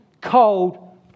cold